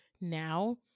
now